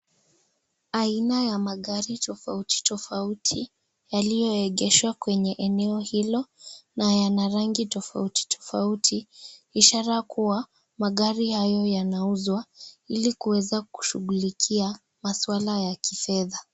Aina ya magari tofauti tofauti yaliyoegeshwa kwenye eneo hilo na yana rangi tofauti tofauti ishara kuwa magari hayo yanauzwa ili kuweza kushughulikia maswala ya kifedha.